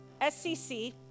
SCC